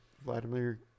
Vladimir